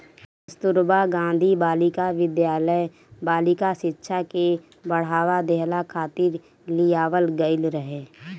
कस्तूरबा गांधी बालिका विद्यालय बालिका शिक्षा के बढ़ावा देहला खातिर लियावल गईल रहे